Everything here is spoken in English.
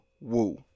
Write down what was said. Woo